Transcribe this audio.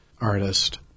artist